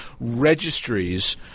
registries